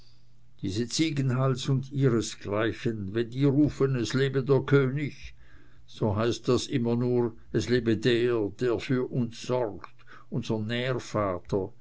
diese ziegenhals und ihresgleichen wenn die rufen es lebe der könig so heißt das immer nur es lebe der der für uns sorgt unser